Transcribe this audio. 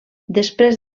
després